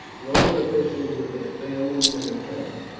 roman officials with their families and attendants,